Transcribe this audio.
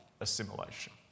assimilation